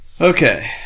Okay